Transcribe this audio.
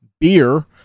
beer